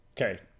Okay